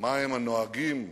מהם הנהגים,